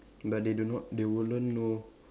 but they do not they wouldn't know